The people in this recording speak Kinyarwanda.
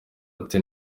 ati